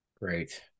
Great